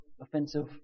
offensive